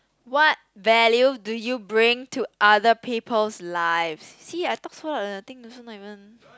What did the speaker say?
what value do you bring to other people's life see I talk so loud and I think also not even